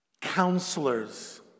Counselors